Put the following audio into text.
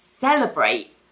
celebrate